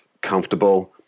comfortable